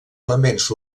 elements